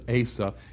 Asa